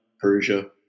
Persia